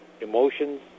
emotions